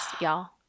y'all